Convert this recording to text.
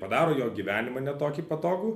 padaro jo gyvenimą ne tokį patogų